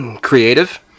creative